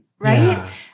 Right